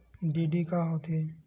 DD का होथे?